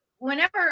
Whenever